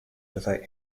without